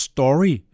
Story